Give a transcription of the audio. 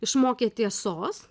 išmokė tiesos